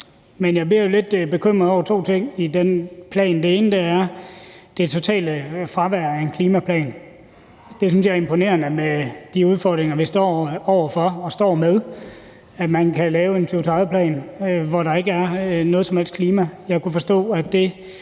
Men jeg bliver lidt bekymret over to ting i den plan. Den ene er det totale fravær af en klimaplan. Med de udfordringer, vi står over for og står med, synes jeg, det er imponerende, at man kan lave en 2030-plan, hvor der ikke er noget som helst klima. Jeg kunne forstå, at det